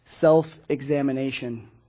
self-examination